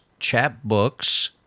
chapbooks